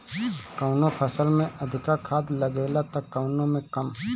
कवनो फसल में अधिका खाद लागेला त कवनो में कम